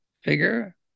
figure